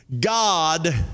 God